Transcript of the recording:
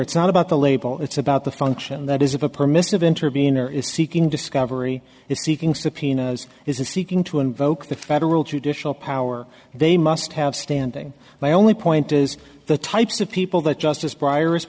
it's not about the label it's about the function that is of a permissive intervenor is seeking discovery is seeking subpoenas is seeking to invoke the federal judicial power they must have standing my only point is the types of people that justice briar's